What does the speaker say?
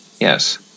Yes